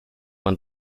man